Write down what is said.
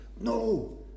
no